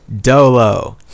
Dolo